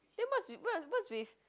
then what's with what is what's with